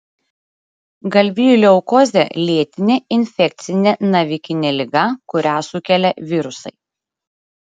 galvijų leukozė lėtinė infekcinė navikinė liga kurią sukelia virusai